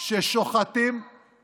זה קורה עכשיו, יואב.